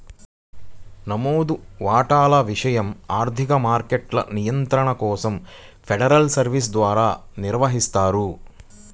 నమోదు వాటాల విషయం ఆర్థిక మార్కెట్ల నియంత్రణ కోసం ఫెడరల్ సర్వీస్ ద్వారా నిర్వహిస్తారు